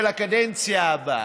בקדנציה הבאה.